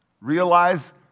realize